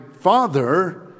father